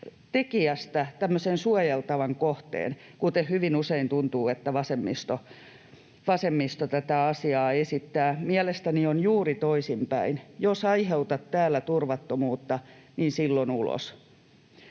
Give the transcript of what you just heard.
tämmöisen suojeltavan kohteen, kuten hyvin usein tuntuu, että vasemmisto tätä asiaa esittää. Mielestäni on juuri toisinpäin: jos aiheutat täällä turvattomuutta, niin silloin ulos.